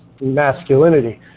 masculinity